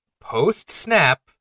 post-SNAP